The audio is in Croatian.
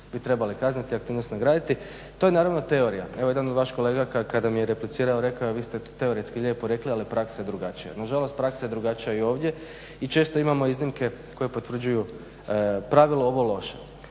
bi trebali kazniti a aktivnost nagraditi. To je naravno teorija. Evo jedan vaš kolega kada mi je replicirao rekao je vi ste to teoretski lijepo rekli, ali praksa je drugačija. Nažalost, praksa je drugačija i ovdje i često imamo iznimke koje potvrđuju pravilo ovo loše.